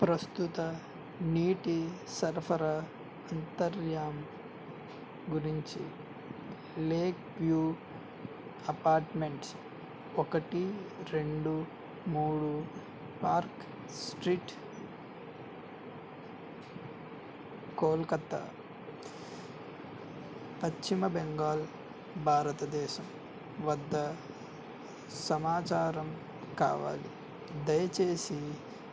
ప్రస్తుత నీటి సరఫరా అంతర్యాం గురించి లేక్ వ్యూ అపార్ట్మెంట్స్ ఒకటి రెండు మూడు పార్క్ స్ట్రీట్ కోల్కత్తా పశ్చిమ బెంగాల్ భారతదేశం వద్ద సమాచారం కావాలి దయచేసి